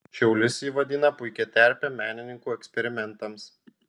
šiaulius ji vadina puikia terpe menininkų eksperimentams